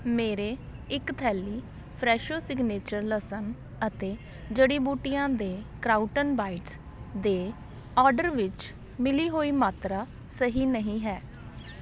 ਮੇਰੇ ਇੱਕ ਥੈਲੀ ਫਰੈਸ਼ੋ ਸਿਗਨੇਚਰ ਲਸਣ ਅਤੇ ਜੜੀ ਬੂਟੀਆਂ ਦੇ ਕ੍ਰਾਊਟਨ ਬਾਈਟਸ ਦੇ ਆਡਰ ਵਿੱਚ ਮਿਲੀ ਹੋਈ ਮਾਤਰਾ ਸਹੀ ਨਹੀਂ ਹੈ